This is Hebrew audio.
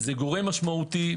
זה גורם משמעותי.